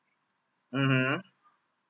mmhmm